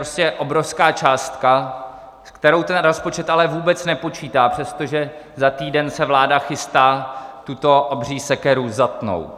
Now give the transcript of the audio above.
To je prostě obrovská částka, se kterou ten rozpočet ale vůbec nepočítá, přestože za týden se vláda chystá tuto obří sekeru zatnout.